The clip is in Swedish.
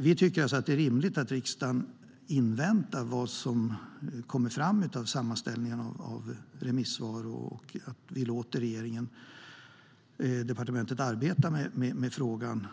Vi tycker alltså att det är rimligt att riksdagen inväntar det som kommer ut av sammanställningen av remissvar. Man borde låta departementet arbeta med frågan